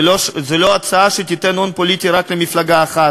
זו לא הצעה שתיתן הון פוליטי רק למפלגה אחת.